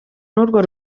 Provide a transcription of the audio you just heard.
n’urwo